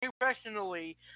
professionally